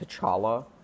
T'Challa